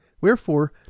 wherefore